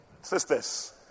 Sisters